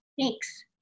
Thanks